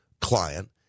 client